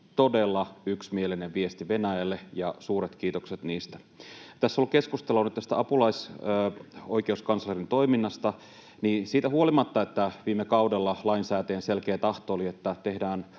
todella yksimielinen viesti Venäjälle, ja suuret kiitokset niistä. Tässä kun on ollut keskustelua nyt tästä apulaisoikeuskanslerin toiminnasta, niin siitä huolimatta, että viime kaudella lainsäätäjän selkeä tahto oli, että tehdään